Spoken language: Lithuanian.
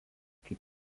kaip